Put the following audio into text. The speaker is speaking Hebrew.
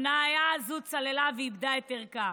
המניה הזו צללה ואיבדה את ערכה.